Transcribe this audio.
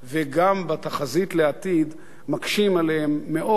וגם בתחזית לעתיד מקשים עליהם מאוד,